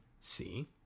See